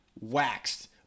waxed